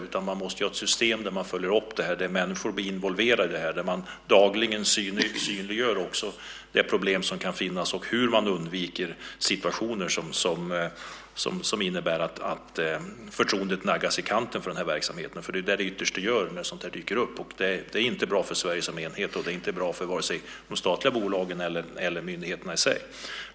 Vi måste ha ett system för att följa upp det, och där människor blir involverade, och dagligen synliggöra de problem som kan finnas så att man kan undvika situationer som innebär att förtroendet för verksamheten naggas i kanten. Det är vad som ytterst sker när sådant här dyker upp. Det är inte bra för Sverige som helhet, och det är inte bra för vare sig de statliga bolagen eller myndigheterna i sig.